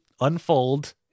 unfold